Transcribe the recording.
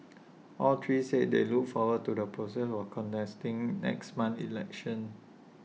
all three said they look forward to the process of contesting next month's election